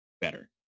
better